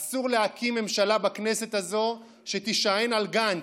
אסור להקים ממשלה בכנסת הזו שתישען על גנץ,